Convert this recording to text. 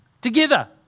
Together